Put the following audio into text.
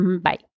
Bye